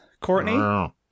Courtney